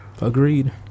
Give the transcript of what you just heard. agreed